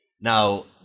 Now